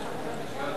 ההצעה